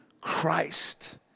Christ